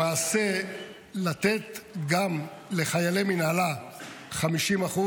למעשה לתת גם לחיילי מינהלה 50%,